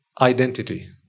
identity